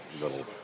little